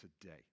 today